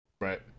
Right